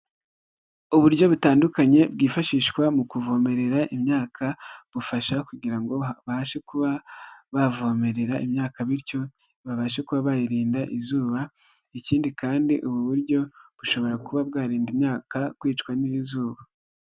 Uburyo butandukanye bwifashishwa mu kuvomerera imyaka bufasha kugira ngo habashe kuba bavomerera imyaka bityo babashe kuba bayirinda izuba ikindi kandi ubu buryo bushobora kuba bwarinda imyaka kwicwa n'izuba.